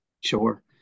Sure